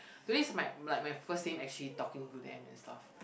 today is my like my first time actually talking to them and stuff